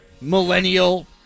millennial